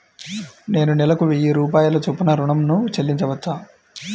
నేను నెలకు వెయ్యి రూపాయల చొప్పున ఋణం ను చెల్లించవచ్చా?